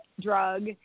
drug